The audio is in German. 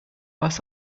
was